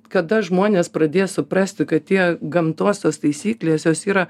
kada žmonės pradės suprasti kad tie gamtos tos taisyklės jos yra